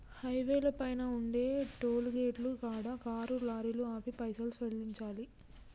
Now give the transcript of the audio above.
హైవేల పైన ఉండే టోలుగేటుల కాడ కారు లారీలు ఆపి పైసలు సెల్లించాలి